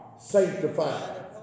sanctified